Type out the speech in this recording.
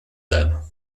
them